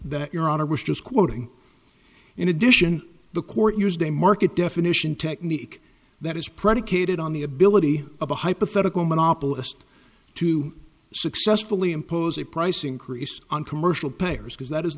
that your honor was just quoting in addition the court used a market definition technique that is predicated on the ability of a hypothetical monopolist to successfully impose a price increase on commercial payers because that is